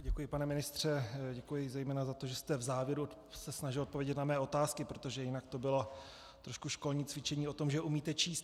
Děkuji, pane ministře, děkuji zejména za to, že jste se v závěru snažil odpovědět na mé otázky, protože jinak to bylo trošku školní cvičení o tom, že umíte číst.